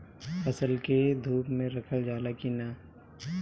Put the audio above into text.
फसल के धुप मे रखल जाला कि न?